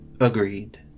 agreed